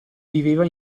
viveva